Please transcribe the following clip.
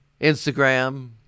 Instagram